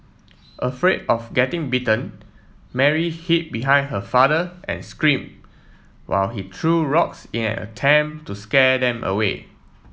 afraid of getting bitten Mary hid behind her father and screamed while he threw rocks in an attempt to scare them away